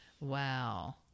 wow